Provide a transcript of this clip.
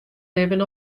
libben